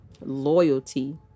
loyalty